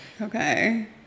Okay